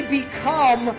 become